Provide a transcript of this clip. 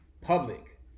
public